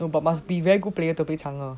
no but need to be very good player to play change